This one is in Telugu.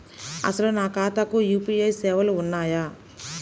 అసలు నా ఖాతాకు యూ.పీ.ఐ సేవలు ఉన్నాయా?